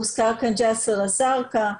הוזכר כאן ג'יסר א-זרקא,